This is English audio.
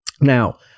now